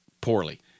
poorly